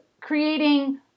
creating